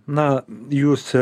na jūs